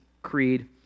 Creed